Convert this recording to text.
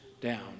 down